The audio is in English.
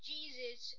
Jesus